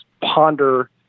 ponder